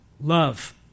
Love